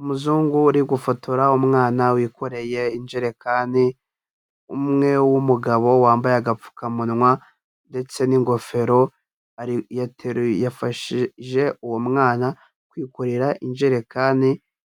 Umuzungu uri gufotora umwana wikoreye injerekani, umwe w'umugabo wambaye agapfukamunwa ndetse n'ingofero yafashije uwo mwana kwikorera injerekani,